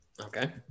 Okay